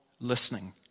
listening